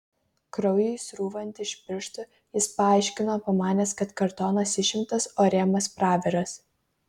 kraujui srūvant iš pirštų jis paaiškino pamanęs kad kartonas išimtas o rėmas praviras